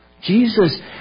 Jesus